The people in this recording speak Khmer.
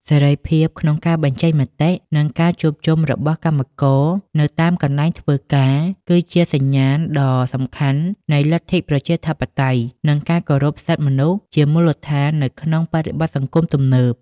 សេរីភាពក្នុងការបញ្ចេញមតិ និងការជួបជុំរបស់កម្មករនៅតាមកន្លែងធ្វើការ គឺជាសញ្ញាណដ៏សំខាន់នៃលទ្ធិប្រជាធិបតេយ្យ និងការគោរពសិទ្ធិមនុស្សជាមូលដ្ឋាននៅក្នុងបរិបទសង្គមទំនើប។